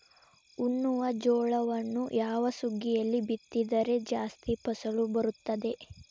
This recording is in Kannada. ಉಣ್ಣುವ ಜೋಳವನ್ನು ಯಾವ ಸುಗ್ಗಿಯಲ್ಲಿ ಬಿತ್ತಿದರೆ ಜಾಸ್ತಿ ಫಸಲು ಬರುತ್ತದೆ?